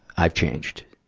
i've changed.